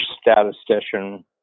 statistician